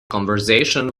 conversation